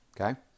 okay